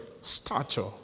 stature